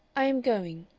i am going,